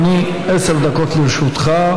אדוני, עשר דקות לרשותך.